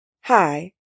Hi